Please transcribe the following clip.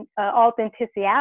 authenticity